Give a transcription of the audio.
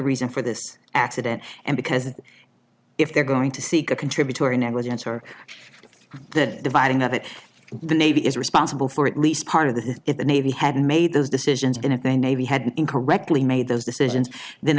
reason for this accident and because if they're going to seek a contributory negligence or the dividing of it the navy is responsible for at least part of that if the navy had made those decisions and if the navy had incorrectly made those decisions then